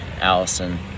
Allison